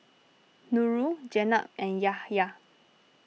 Nurul Jenab and Yahya